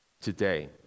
today